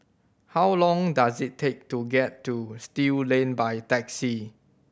how long does it take to get to Still Lane by taxi